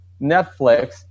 Netflix